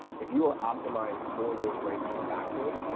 if you are optimized for those ranking factors,